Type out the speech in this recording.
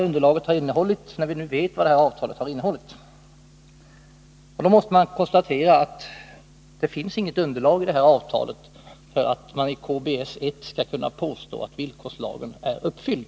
upparbetning av Vi måste konstatera att det i avtalet inte finns något underlag för att man i — kärnkraftsavfall, KBS 1 skall kunna påstå att villkorslagen är uppfylld.